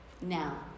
Now